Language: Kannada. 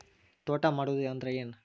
ತೋಟ ಮಾಡುದು ಅಂದ್ರ ಏನ್?